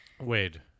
Wade